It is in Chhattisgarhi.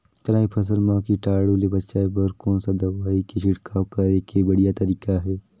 चाना के फसल मा कीटाणु ले बचाय बर कोन सा दवाई के छिड़काव करे के बढ़िया तरीका हे?